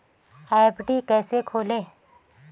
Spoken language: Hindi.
एफ.डी कैसे खोलें?